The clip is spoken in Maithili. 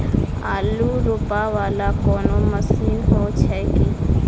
आलु रोपा वला कोनो मशीन हो छैय की?